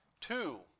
Two